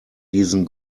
diesen